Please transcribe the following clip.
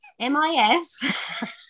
M-I-S